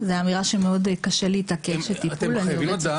זו אמירה שמאוד קשה לי איתה כאשת טיפול --- אתם חייבים לדעת שזה